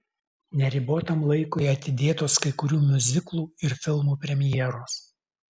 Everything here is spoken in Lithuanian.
neribotam laikui atidėtos kai kurių miuziklų ir filmų premjeros